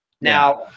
Now